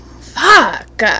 fuck